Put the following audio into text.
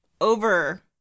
Over